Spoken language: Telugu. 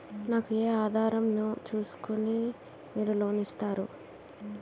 నాకు ఏ ఆధారం ను చూస్కుని మీరు లోన్ ఇస్తారు?